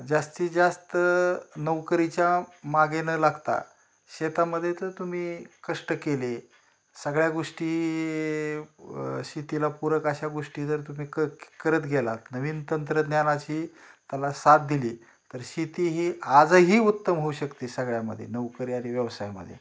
जास्तीत जास्त नोकरीच्या मागे न लागता शेतामध्ये तर तुम्ही कष्ट केले सगळ्या गोष्टी शेतीला पूरक अशा गोष्टी जर तुम्ही क करत गेलात नवीन तंत्रज्ञानाची त्याला साथ दिली तर शेती ही आजही उत्तम होऊ शकते सगळ्यामध्ये नोकरी आणि व्यवसायमध्ये